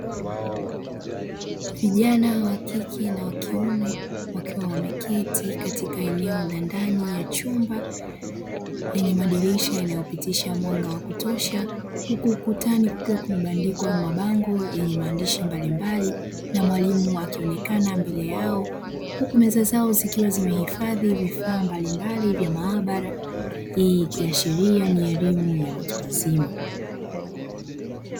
Vijana wa kike na wa kiume wakiwa wameketi katika eneo la ndani ya chumba lenye madirisha yanayopitisha mwanga wa kutosha, huku ukutani kukiwa kumebandikwa mabango yenye maandishi mbalimbali, na mwalimu akionekana mbele yao; huku meza zao zikiwa zimehifadhi vifaa mbalimbali vya maabara; hii kiashiria ni elimu ya watu wazima.